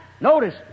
notice